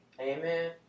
Amen